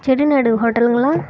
செட்டிநாடு ஹோட்டலுங்களா